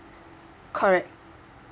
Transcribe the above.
correct